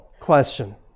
question